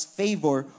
favor